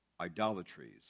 idolatries